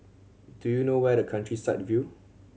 do you know where the Countryside View